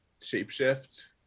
shapeshifts